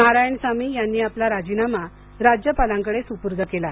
नारायणसामी यांनी आपला राजीनामा राज्यपालांकडे सुपूर्द केला